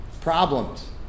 Problems